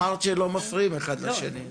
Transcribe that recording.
אמרת שלא מפריעים אחד לשני.